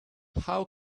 how